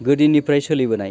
गोदोनिफ्राय सोलिबोनाय